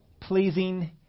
pleasing